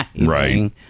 right